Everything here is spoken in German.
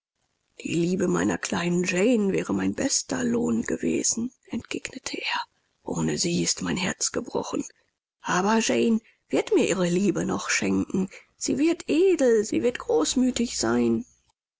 die liebe meiner kleinen jane wäre mein bester lohn gewesen entgegnete er ohne sie ist mein herz gebrochen aber jane wird mir ihre liebe noch schenken sie wird edel sie wird großmütig sein